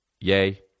yay